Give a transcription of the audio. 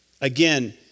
Again